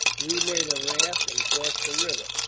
we made a raft and crossed the river,